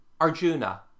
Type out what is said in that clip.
Arjuna